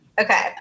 Okay